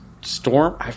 storm